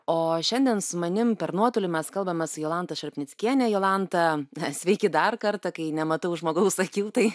o šiandien su manim per nuotolį mes kalbamės su jolanta šarpnickiene jolanta sveiki dar kartą kai nematau žmogaus akių tai